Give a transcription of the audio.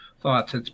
thoughts